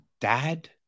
dad